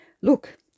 Look